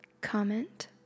comment